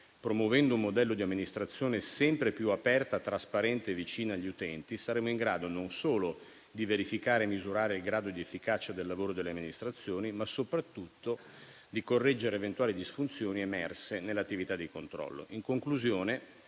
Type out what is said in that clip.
promuovendo un modello di amministrazione sempre più aperta, trasparente e vicina agli utenti, saremo capaci non solo di verificare e misurare il grado di efficacia del lavoro delle amministrazioni, ma soprattutto di correggere eventuali disfunzioni emerse nell'attività di controllo. In conclusione,